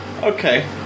Okay